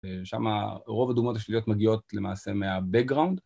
ושם רוב הדוגמאות השליליות מגיעות למעשה מהבק גראונד.